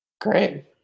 Great